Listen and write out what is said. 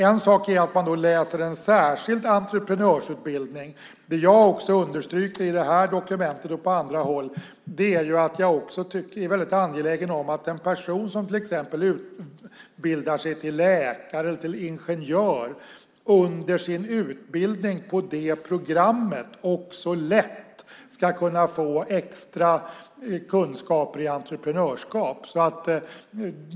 En sak är att man läser en särskild entreprenörsutbildning. Det jag understryker i det här dokumentet och på andra håll är att jag också är väldigt angelägen om att en person som till exempel utbildar sig till läkare eller ingenjör under sin utbildning på det programmet också lätt kan få extra kunskaper i entreprenörskap.